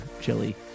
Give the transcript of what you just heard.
chili